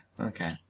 Okay